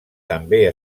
també